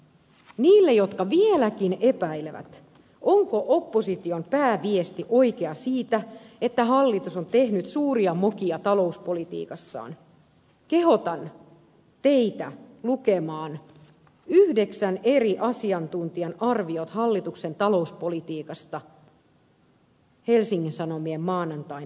ne jotka vieläkin epäilevät onko opposition pääviesti oikea siitä että hallitus on tehnyt suuria mokia talouspolitiikassaan kehotan teitä lukemaan yhdeksän eri asiantuntijan arviot hallituksen talouspolitiikasta helsingin sanomien sunnuntain numerossa